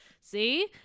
See